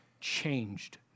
changed